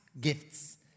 gifts